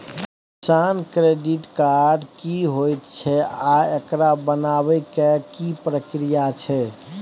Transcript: किसान credit card की होयत छै आ एकरा बनाबै के की प्रक्रिया छै?